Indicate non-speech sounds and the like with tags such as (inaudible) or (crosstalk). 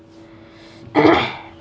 (coughs)